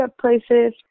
places